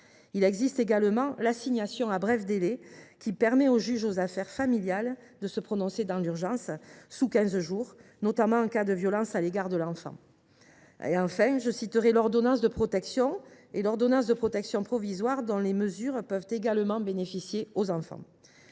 Il existe également l’assignation à bref délai, qui permet au juge aux affaires familiales de se prononcer dans l’urgence, sous quinze jours, notamment en cas de violences à l’égard de l’enfant. Enfin, citons l’ordonnance de protection et l’ordonnance de protection provisoire, dont les mesures peuvent également bénéficier aux enfants.